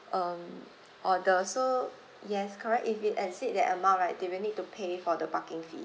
um order so yes correct if it exceed that amount right they will need to pay for the parking fee